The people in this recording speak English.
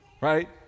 Right